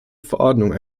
verordnungen